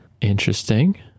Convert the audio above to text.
interesting